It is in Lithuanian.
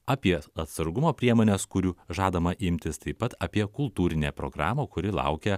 apie atsargumo priemones kurių žadama imtis taip pat apie kultūrinę programą kuri laukia